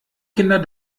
kinder